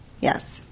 Yes